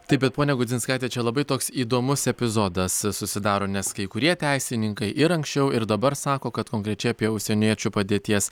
taip bet ponia gudzinskaite čia labai toks įdomus epizodas susidaro nes kai kurie teisininkai ir anksčiau ir dabar sako kad konkrečiai apie užsieniečių padėties